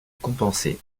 compensé